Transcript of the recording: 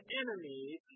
enemies